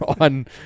on